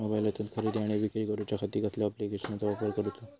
मोबाईलातसून खरेदी आणि विक्री करूच्या खाती कसल्या ॲप्लिकेशनाचो वापर करूचो?